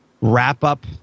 wrap-up